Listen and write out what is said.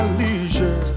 leisure